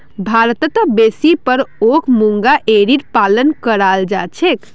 भारतत बेसी पर ओक मूंगा एरीर पालन कराल जा छेक